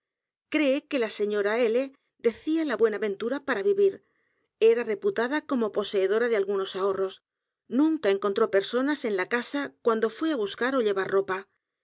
cree que la señora l decía la buena ventura para vivir era reputada como poseedora de algunos ahorros nunca encontró personas en la casa cuando fué á buscar ó llevar